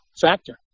factor